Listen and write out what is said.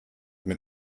mit